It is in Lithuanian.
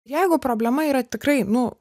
jeigu problema yra tikrai nu